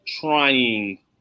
trying